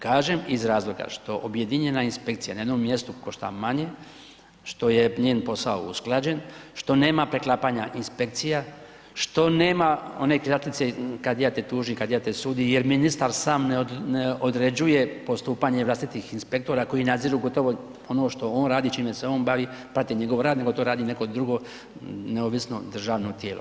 Kažem, iz razloga što objedinjena inspekcija na jednom mjestu košta manje, što je njen posao usklađen, što nema preklapanja inspekcija, što nema one krilatice „kadija te tuži, kadija te sudi“ jer ministar sam ne određuje postupanje vlastitih inspektora koji nadziru gotovo ono što on radi, čime se on bavi, prate njegov rad, nego to radi neko drugo neovisno državno tijelo.